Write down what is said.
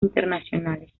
internacionales